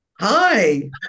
Hi